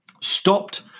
stopped